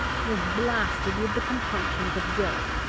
was blasted with the compunctions of guilt,